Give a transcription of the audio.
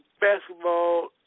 basketball